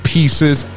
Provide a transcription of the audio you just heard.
Pieces